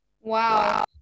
wow